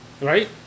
right